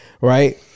Right